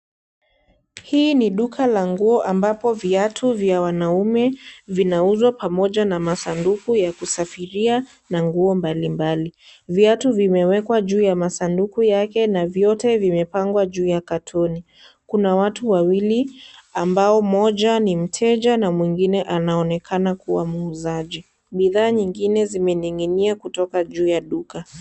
Hii ni duka la nguo ambapo viatu vya wanaume vinauzwa pamoja na masanduku ya kusafiria na nguo mbalimbali , viatu vimewekwa juu ya masanduku yake na vyote vimepangwa juu ya katoni , kuna watu wawili ambao mmoja ni mteja na mwingine anaonekana kuwa muuzaji , bidhaa nyingine zimening'inia kutoka juu ya duka.